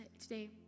today